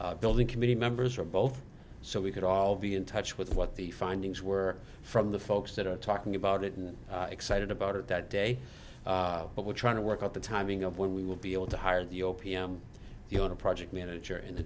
of building committee members or both so we could all be in touch with what the findings were from the folks that are talking about it and excited about it that day but we're trying to work out the timing of when we will be able to hire the o p m you know on a project manager and the